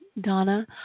Donna